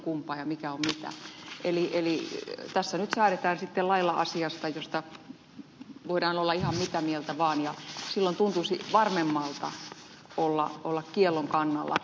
eli tässä nyt säädetään sitten lailla asiasta josta voidaan olla ihan mitä mieltä vaan ja silloin tuntuisi varmemmalta olla kiellon kannalla